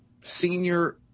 senior